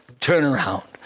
turnaround